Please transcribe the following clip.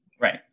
right